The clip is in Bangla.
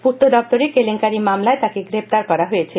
পূর্ত দপ্তরের কেলেঙ্কারি মামলায় তাকে গ্রেপ্তার করা হয়েছিল